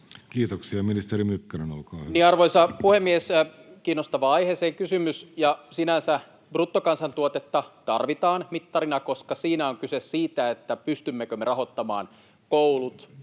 Kiitoksia. — Ministeri Mykkänen, olkaa hyvä. Arvoisa puhemies! Kiinnostavaan aiheeseen kysymys. Sinänsä bruttokansantuotetta tarvitaan mittarina, koska siinä on kyse siitä, pystymmekö me rahoittamaan koulut,